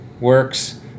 works